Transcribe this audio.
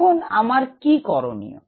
এখন আমার কী করনীয়